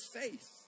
faith